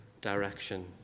direction